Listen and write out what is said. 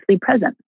present